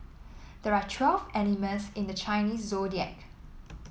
there are twelve animals in the Chinese Zodiac